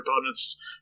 opponent's